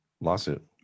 lawsuit